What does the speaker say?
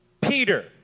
Peter